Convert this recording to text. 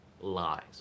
lies